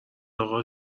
اقا